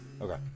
Okay